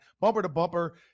bumper-to-bumper